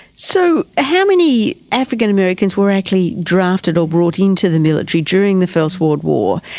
so how many african americans were actually drafted or brought into the military during the first world war,